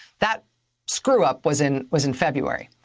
that screw-up was in was in february.